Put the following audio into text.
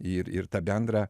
ir ir tą bendrą